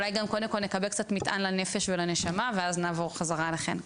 אולי גם קודם כל נקבל קצת מטען לנפש ולנשמה ואז נעבור חזרה אליכן.